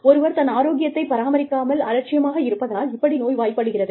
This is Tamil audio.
ஒருவர் தன் ஆரோக்கியத்தைப் பராமரிக்காமல் அலட்சியமாக இருப்பதனால் இப்படி நோய்வாய்ப்படுகிறது